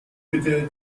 bitte